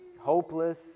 hopeless